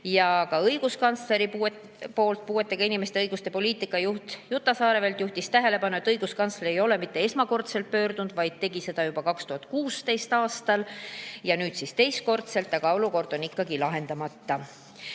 Ka Õiguskantsleri Kantselei puuetega inimeste õiguste poliitika juht Juta Saarevet juhtis tähelepanu, et õiguskantsler ei ole mitte esmakordselt [sel teemal] pöördunud, vaid ta tegi seda juba 2016. aastal ja nüüd teist korda, aga olukord on ikkagi lahendamata.